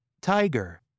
Tiger